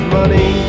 money